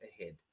ahead